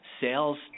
Sales